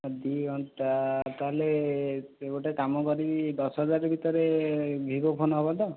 ଦୁଇ ଘଣ୍ଟା ତାହେଲେ ଗୋଟେ କାମ କରିବି ଦଶହଜାର ଭିତରେ ଭିବୋ ଫୋନ ହେବ ତ